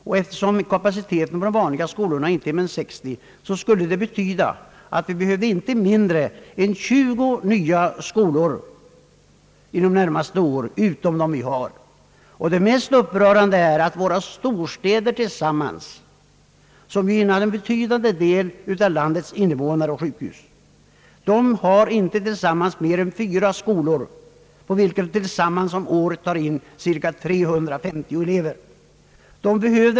Och eftersom kapaciteten på de vanliga skolorna inte är mer än 60 elever i genomsnitt skulle det betyda att vi behövde inte mindre än 20 nya skolor inom de närmaste åren. Det mest upprörande är att våra storstäder tillsammans — som ju har en betydande del av landets invånare och sjukhus — inte disponerar mer än fyra skolor med en total årlig intagning av cirka 350 elever.